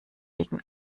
wegen